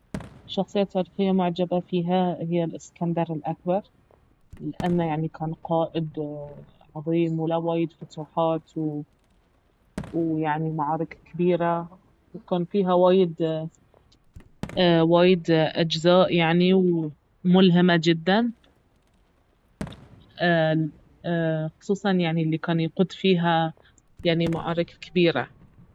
شخصية تاريخية معجبة فيها اهي الاسكندر الأكبر لانه يعني كان قائد عظيم وله وايد فتوحات و يعني معارك كبيرة وكان فيها وايد وايد أجزاء يعني وملهمة جدا خصوصا يعني الي كان يقود فيها يعني معارك كبيرة